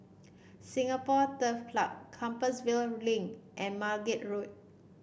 Singapore Turf Club Compassvale Link and Margate Road